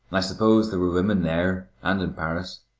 i suppose there were women there and in paris.